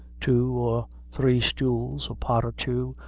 two or three stools, a pot or two,